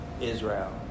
Israel